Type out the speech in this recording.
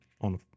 on